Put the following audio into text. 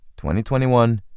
2021